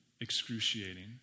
excruciating